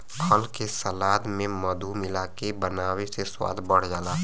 फल के सलाद में मधु मिलाके बनावे से स्वाद बढ़ जाला